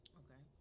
okay